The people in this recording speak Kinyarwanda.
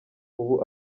ubu